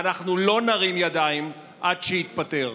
ואנחנו לא נרים ידיים עד שיתפטר.